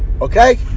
Okay